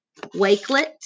Wakelet